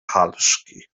halszki